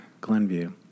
Glenview